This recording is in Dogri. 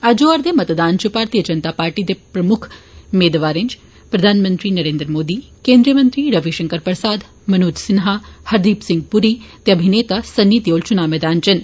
अज्ज होआ रदे मतदान च भारतीय जनता पार्टी दे मुक्ख मेदवारें च प्रधानमंत्री नरेन्द्र मोदी केन्द्रीय मंत्री रविशंकर प्रसाद मनोज सिन्हा हरदीप सिंह पुरी ते अभिनेता सनी देयोल चुनावी मैदान च न